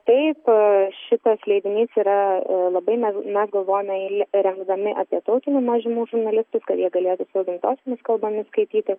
taip šitas leidinys yra labai mes galvojome jį rengdami apie tautinių mažumų žurnalistus kad jie galėtų save gimtosiomis kalbomis skaityti